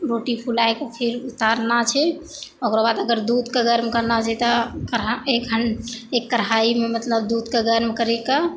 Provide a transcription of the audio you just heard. रोटी फुलाकऽ फेर उतारना छै ओकरा बाद अगर दूधके गर्म करना छै तऽ एक कढ़ाइमे मतलब दूधके गर्म करिकऽ